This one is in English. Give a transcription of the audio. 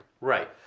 Right